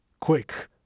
Quick